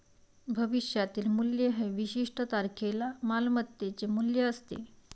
भविष्यातील मूल्य हे विशिष्ट तारखेला मालमत्तेचे मूल्य असते